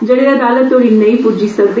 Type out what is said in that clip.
जेहड़े अदालत तोहड़ी नेई पुज्जी सकदे